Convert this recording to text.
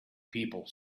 people